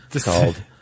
called